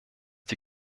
die